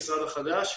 המשרד החדש,